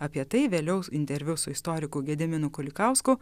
apie tai vėliau interviu su istoriku gediminu kulikausku